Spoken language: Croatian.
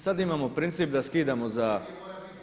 Sad imamo princip da skidamo za